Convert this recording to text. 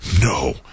no